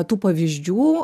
tų pavyzdžių